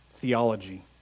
theology